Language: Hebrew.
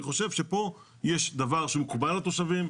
אני חושב שפה יש דבר שמקובל על התושבים.